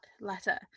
letter